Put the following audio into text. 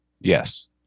Yes